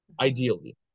ideally